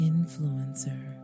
Influencer